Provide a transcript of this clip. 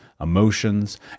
emotions